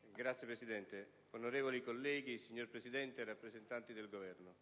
Signora Presidente, onorevoli colleghi, rappresentanti del Governo,